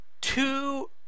two